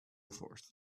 forth